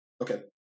Okay